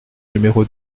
numéro